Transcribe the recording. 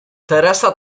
teresa